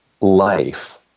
life